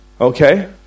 Okay